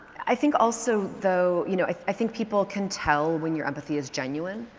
i think also though, you know, i think people can tell when your empathy is genuine.